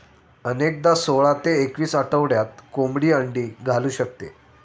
अनेकदा सोळा ते एकवीस आठवड्यात कोंबडी अंडी घालू शकते